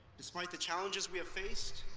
despite the challenges we have faced,